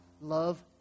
love